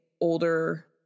older